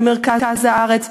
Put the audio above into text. במרכז הארץ,